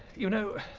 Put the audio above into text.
you know,